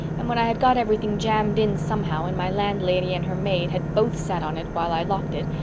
and when i had got everything jammed in somehow, and my landlady and her maid had both sat on it while i locked it,